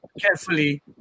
carefully